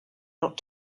not